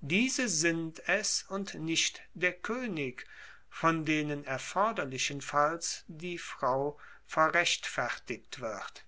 diese sind es und nicht der koenig von denen erforderlichenfalls die frau verrechtfertigt wird